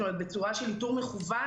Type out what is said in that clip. בצורה של איתור מכוון,